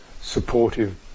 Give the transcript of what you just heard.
supportive